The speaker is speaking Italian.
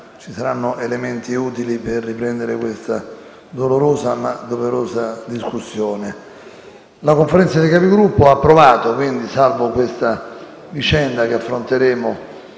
ci saranno elementi utili per riprendere questa dolorosa, ma doverosa discussione. La Conferenza dei Capigruppo ha approvato - salvo questa vicenda che affronteremo